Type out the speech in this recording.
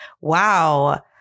wow